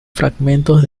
fragmentos